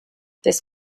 this